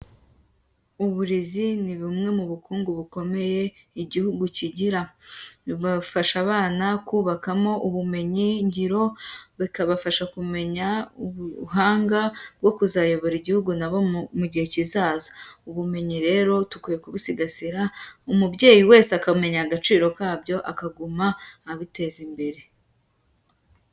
Uburezi ni bumwe mu bukungu bukomeye igihugu kigira; bibafasha abana kubakamo ubumenyi ngiro, bikabafasha kumenya ubuhanga bwo kuzayobora igihugu nabo mu gihe kizaza. Ubumenyi rero tukwiye kubisigasira, umubyeyi wese akamenya agaciro kabyo akaguma abiteza imbere.